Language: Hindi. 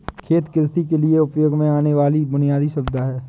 खेत कृषि के लिए उपयोग में आने वाली बुनयादी सुविधा है